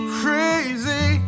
crazy